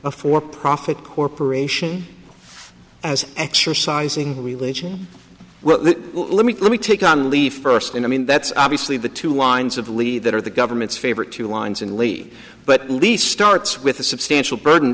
a for profit corporation as exercising religion well let me let me take on leave first and i mean that's obviously the two lines of lead that are the government's favorite two lines and leave but at least starts with a substantial burden